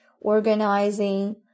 organizing